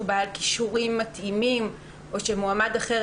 בעל כישורים מתאימים או שמועמד אחר,